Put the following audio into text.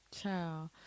Ciao